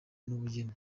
n’ubugeni